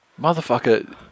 Motherfucker